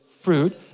fruit